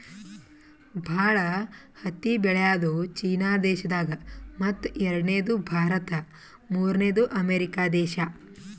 ಭಾಳ್ ಹತ್ತಿ ಬೆಳ್ಯಾದು ಚೀನಾ ದೇಶದಾಗ್ ಮತ್ತ್ ಎರಡನೇದು ಭಾರತ್ ಮೂರ್ನೆದು ಅಮೇರಿಕಾ ದೇಶಾ